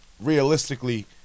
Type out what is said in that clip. realistically